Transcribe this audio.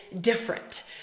different